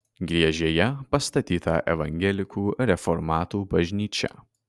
griežėje pastatyta evangelikų reformatų bažnyčia